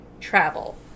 travel